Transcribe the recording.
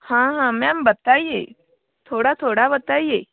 हाँ हाँ मैम बताइए थोड़ा थोड़ा बताइए